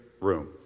room